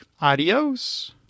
Adios